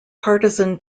partisan